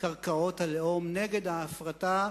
קרקעות הלאום, נגד ההפרטה